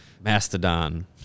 Mastodon